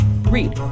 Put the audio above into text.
read